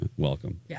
welcome